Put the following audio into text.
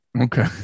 Okay